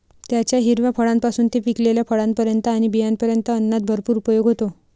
त्याच्या हिरव्या फळांपासून ते पिकलेल्या फळांपर्यंत आणि बियांपर्यंत अन्नात भरपूर उपयोग होतो